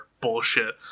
bullshit